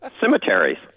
Cemeteries